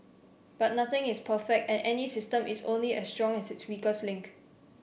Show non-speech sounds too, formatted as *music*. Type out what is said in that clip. but nothing is perfect and any system is only as strong as its *unintelligible* link